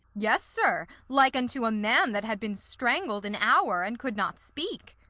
yes, sir, like unto a man that had been strangled an hour, and could not speak.